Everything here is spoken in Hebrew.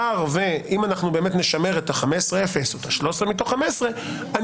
אם אנחנו באמת נשמר את ה-15 0 או את ה-13/15 אני